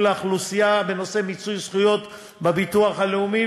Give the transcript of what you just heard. לאוכלוסייה בנושא מיצוי זכויות בביטוח הלאומי,